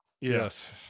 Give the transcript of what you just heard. yes